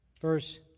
verse